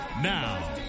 Now